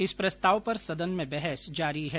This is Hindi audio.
इस प्रस्ताव पर सदन में बहस जारी है